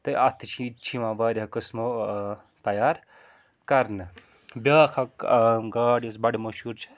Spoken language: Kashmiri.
تہٕ اَتھ تہِ چھِ یہِ تہِ چھِ یِوان واریاہ قٕسمو تَیار کَرنہٕ بیٛاکھ اَکھ گاڈ یۄس بَڈٕ مشہوٗر چھِ